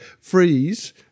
freeze